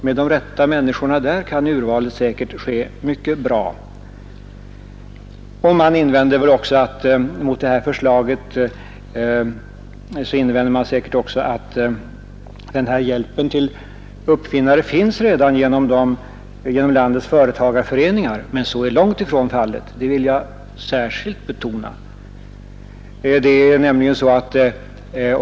Med de rätta kunniga och förstående administratörerna där kan urvalet säkerligen bli mycket gott. Mot detta invänder man säkerligen också att en sådan hjälp till uppfinnare redan finns genom landets företagarföreningar, men jag vill särskilt betona att så långt ifrån är fallet.